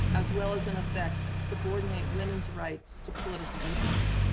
as well as in effect, subordinate women's rights to political interests.